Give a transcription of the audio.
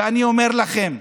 ואני אומר לכם,